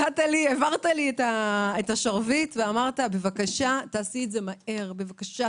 העברת לי את השרביט ואמרת: תעשי את זה מהר בבקשה,